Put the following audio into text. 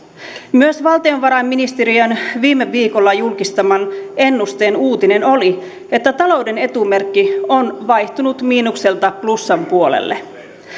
myös valtiovarainministeriön viime viikolla julkistaman ennusteen uutinen oli että talouden etumerkki on vaihtunut miinukselta plussan puolelle